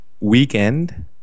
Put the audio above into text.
weekend